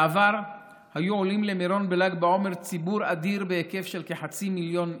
בעבר היה עולה למירון בל"ג בעומר ציבור אדיר בהיקף של כחצי מיליון איש.